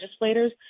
legislators